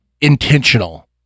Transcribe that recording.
intentional